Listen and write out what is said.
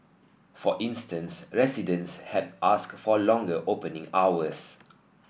for instance residents had ask for longer opening hours